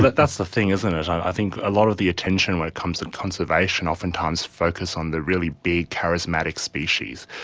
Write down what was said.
but that's the thing, isn't it, i think a lot of the attention when it comes to conservation oftentimes focus on the really big charismatic species.